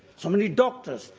so many doctors,